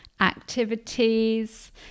activities